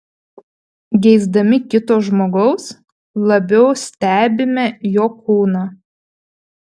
geisdami kito žmogaus labiau stebime jo kūną